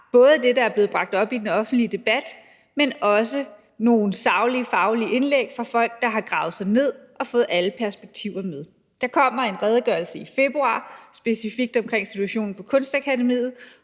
både det, der er blevet bragt op i den offentlige debat, men også nogle saglige, faglige indlæg fra folk, der har gravet sig ned i det og fået alle perspektiver med. Der kommer en redegørelse i februar specifikt omkring situationen på Kunstakademiet,